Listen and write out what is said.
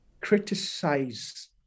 criticize